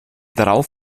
darauf